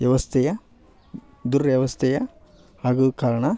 ವ್ಯವಸ್ತೆಯ ದುರ್ವವಸ್ಥೆಯ ಹಾಗು ಕಾರಣ